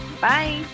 Bye